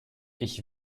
ich